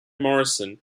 morrison